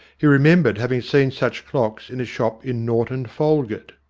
he re membered having seen such clocks in a shop in norton folgate.